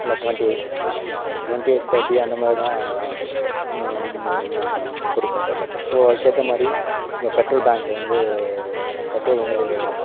இல்லை twenty eight twenty eight thirty அந்த மாதிரிதான் கொடுக்கும் ஸோ அதுக்கு ஏற்ற மாதிரி இப்போ பெட்ரோல் பேங்க் வந்து பெட்ரோல் வந்து